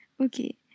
okay